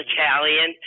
Italian